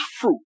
fruit